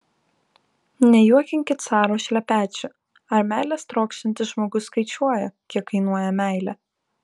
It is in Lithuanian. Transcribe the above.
nejuokinkit caro šlepečių ar meilės trokštantis žmogus skaičiuoja kiek kainuoja meilė